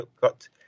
got